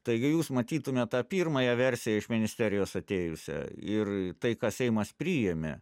taigi jūs matytumėt tą pirmąją versiją iš ministerijos atėjusią ir tai ką seimas priėmė